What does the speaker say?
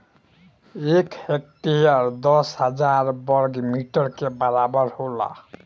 एक हेक्टेयर दस हजार वर्ग मीटर के बराबर होला